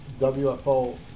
WFO